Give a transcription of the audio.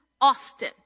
often